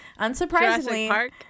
Unsurprisingly